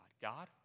God